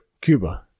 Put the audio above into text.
Cuba